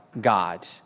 God